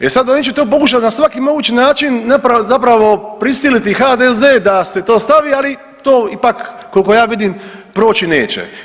E sad, oni će to pokušati na svaki mogući način zapravo prisiliti HDZ da se to stavi, ali to ipak, koliko ja vidim proći neće.